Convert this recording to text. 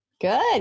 Good